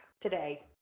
today